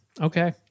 okay